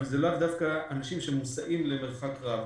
אבל אלה לאו דווקא אנשים שמוסעים למרחק רב.